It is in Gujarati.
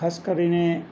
ખાસ કરીને